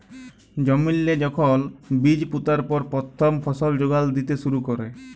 জমিল্লে যখল বীজ পুঁতার পর পথ্থম ফসল যোগাল দ্যিতে শুরু ক্যরে